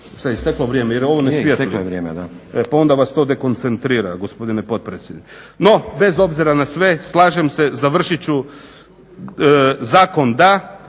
Je isteklo je vrijeme, da./… Onda vas to dekoncentrira gospodine potpredsjedniče. No, bez obzira na sve slažem se, završit ću. Zakon da,